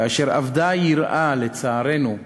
כאשר אבדה יראה, לצערנו,